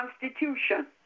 constitution